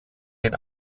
den